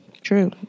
True